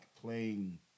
playing